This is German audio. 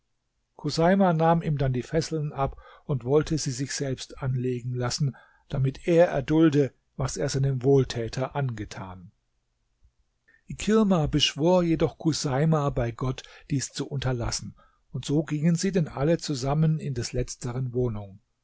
chuseima nahm ihm dann die fesseln ab und wollte sie sich selbst anlegen lassen damit er erdulde was er seinem wohltäter angetan ikirma beschwor jedoch chuseima bei gott dies zu unterlassen und so gingen sie denn alle zusammen in des letzteren wohnung